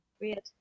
weird